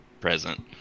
present